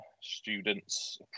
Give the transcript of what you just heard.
students